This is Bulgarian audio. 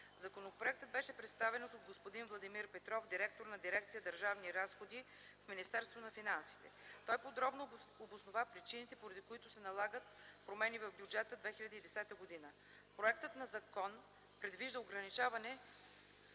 Законопроектът беше представен от господин Владимир Петров – директор на дирекция „Държавни разходи” в Министерството на финансите. Той подробно обоснова причините, поради които се налагат промени в Бюджет 2010 г. Законопроектът предвижда ограничаване